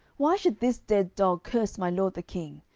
why should this dead dog curse my lord the king?